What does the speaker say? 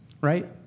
right